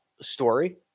story